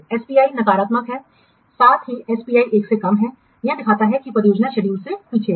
SPI नकारात्मक है साथ ही SPI 1 से कम है यह दिखाता है कि परियोजना शेड्यूल से पीछे है